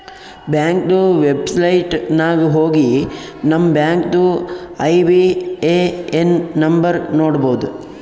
ಬ್ಯಾಂಕ್ದು ವೆಬ್ಸೈಟ್ ನಾಗ್ ಹೋಗಿ ನಮ್ ಬ್ಯಾಂಕ್ದು ಐ.ಬಿ.ಎ.ಎನ್ ನಂಬರ್ ನೋಡ್ಬೋದ್